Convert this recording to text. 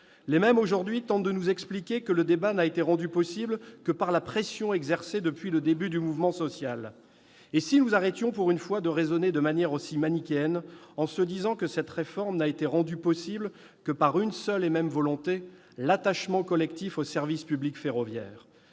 les mêmes tentent de nous expliquer que le débat n'a été rendu possible que par la pression exercée depuis le début du mouvement social. Et si nous arrêtions, pour une fois, de raisonner de manière aussi manichéenne ? Pourquoi cette réforme n'aurait-elle pas été rendue possible par une seule et même volonté, à savoir l'attachement collectif au service public ferroviaire ?